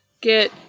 get